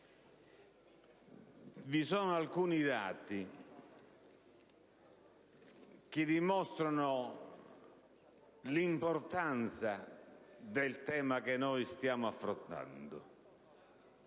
Vi sono alcuni dati che dimostrano l'importanza del tema che stiamo affrontando.